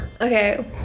Okay